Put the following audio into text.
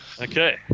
Okay